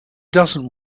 doesn’t